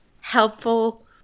helpful